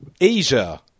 Asia